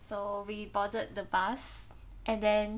so we boarded the bus and then